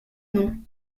non